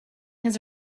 his